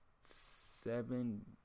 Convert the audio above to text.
seven